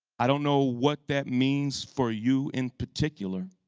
i don't know what that means for you in particular